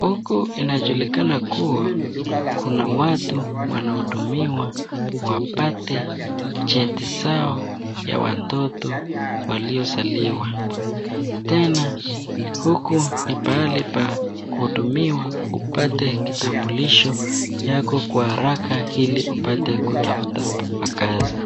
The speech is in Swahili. Huku inajulikana kuwa kuna watu wanaudumiwa wapate cheti zao waliozaliwa. Tena huku ni pahali pa kuhudumiwa upate kitambulisho yako kwa haraka ili upate makazi.